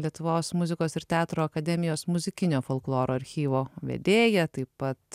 lietuvos muzikos ir teatro akademijos muzikinio folkloro archyvo vedėja taip pat